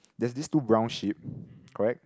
there's these two brown sheep correct